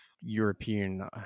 European